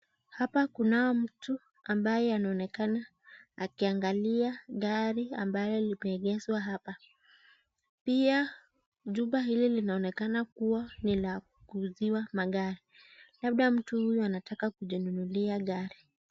Hapa kunao mtu ambaye anaonekana akiangalia gari ambayo limeegezwa hapa pia jumba hili linaonekana kuwa ni la kuuziwa magari labda mtu huyu anataka kujinunulia gari.